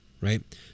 right